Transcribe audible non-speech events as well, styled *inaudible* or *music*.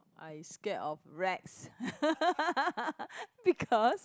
I scared of rats *laughs* because